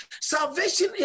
Salvation